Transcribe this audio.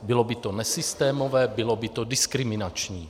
Bylo by to nesystémové, bylo by to diskriminační.